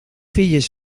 filles